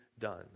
Done